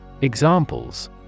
Examples